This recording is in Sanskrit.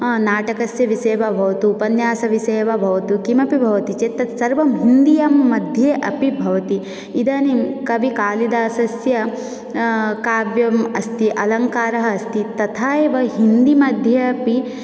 नाटकस्यविषये वा भवतु उपन्यासविषये वा भवतु किमपि भवति चेत् तत्सर्वं हिन्द्यां मध्ये अपि भवति इदानीं कविकालिदासस्य काव्यम् अस्ति अलङ्कारः अस्ति तथा एव हिन्दीमध्ये अपि